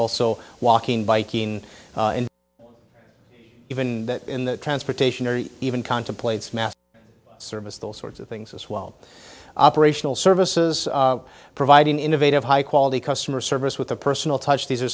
also walking biking even in the transportation or even contemplates mass service those sorts of things as well operational services provide an innovative high quality customer service with a personal touch these are